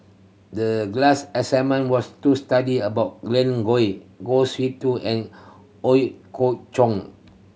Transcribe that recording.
the class assignment was to study about Glen Goei Kwa Siew Too and Ooi Kok Chuen